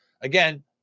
Again